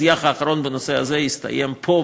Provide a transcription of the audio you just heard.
השיח האחרון בנושא הזה הסתיים פה,